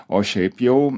o šiaip jau